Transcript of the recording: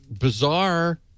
bizarre